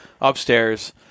upstairs